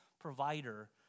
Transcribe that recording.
provider